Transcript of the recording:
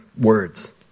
words